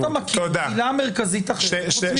האם אתה מכיר עילה מרכזית חוץ מסבירות.